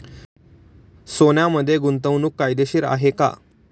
सोन्यामध्ये गुंतवणूक फायदेशीर आहे का?